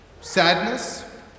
sadness